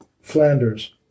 Flanders